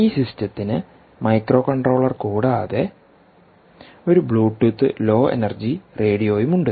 ഈ സിസ്റ്റത്തിന് മൈക്രോകൺട്രോളർ കൂടാതെ ഒരു ബ്ലൂടൂത്ത് ലോ എനർജി റേഡിയോയുമുണ്ട്